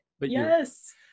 Yes